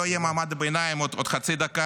לא יהיה מעמד הביניים --- תודה רבה.